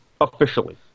officially